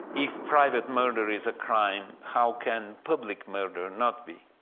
if private murder is a crime, how can public murder not be?